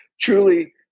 truly